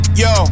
yo